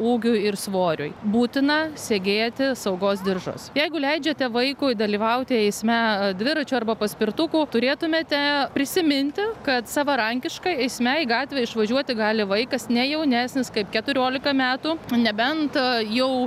ūgiui ir svoriui būtina segėti saugos diržus jeigu leidžiate vaikui dalyvauti eisme dviračiu arba paspirtuku turėtumėte prisiminti kad savarankiškai eisme į gatvę išvažiuoti gali vaikas ne jaunesnis kaip keturiolika metų nebent jau